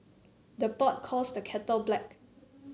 the pot calls the kettle black